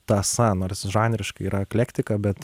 tąsa nors žanriškai yra eklektika bet